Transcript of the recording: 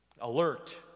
Alert